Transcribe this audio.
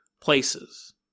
places